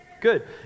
Good